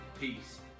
Peace